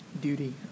Duty